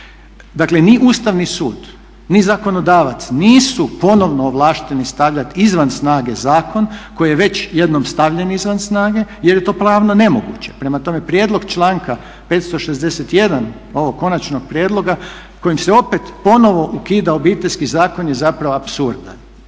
Dakle, ni Ustavni sud, ni zakonodavac nisu ponovno ovlašteni stavljati izvan snage zakon koji je već jednom stavljen izvan snage, jer je to pravno nemoguće. Prema tome, prijedlog članka 561. ovog konačnog prijedloga kojim se opet ponovo ukida Obiteljski zakon je zapravo apsurdan.